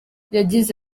yagize